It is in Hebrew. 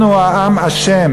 אנחנו עם ה',